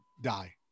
die